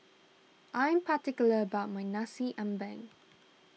I am particular about my Nasi Ambeng